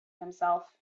himself